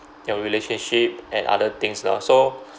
your relationship and other things lor so